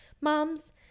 moms